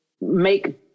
make